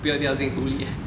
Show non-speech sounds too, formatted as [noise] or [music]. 不要掉进湖里 [laughs]